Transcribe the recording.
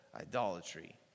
idolatry